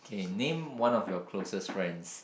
okay name one of your closest friends